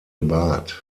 bad